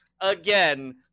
again